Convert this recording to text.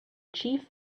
chief